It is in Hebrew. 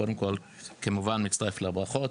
קודם כול, אני כמובן מצטרף לברכות